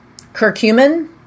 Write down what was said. curcumin